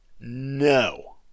No